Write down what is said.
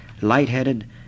light-headed